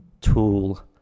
tool